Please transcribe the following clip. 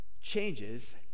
Changes